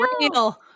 real